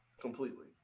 completely